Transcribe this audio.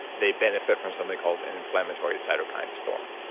they benefit from something called an inflammatory cytokine storm.